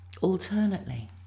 alternately